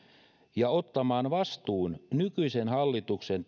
ja ottamaan vastuun nykyisen hallituksen